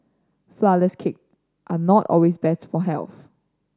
flourless cake are not always better for health